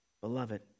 Beloved